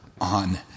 on